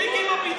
מספיק עם ה-BDS.